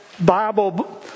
Bible